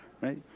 right